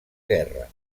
guerra